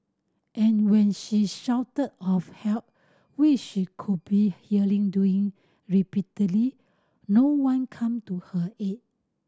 and when she shouted of help wish she could be hearing doing repeatedly no one come to her aid